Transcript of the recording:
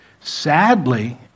Sadly